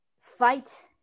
fight